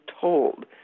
told